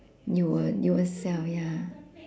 you will you will sell ya